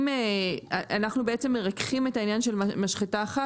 אנחנו בעצם מרככים את העניין של משחטה אחת